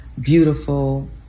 beautiful